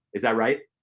is that right?